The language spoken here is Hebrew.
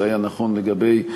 זה היה נכון לגבי פרס,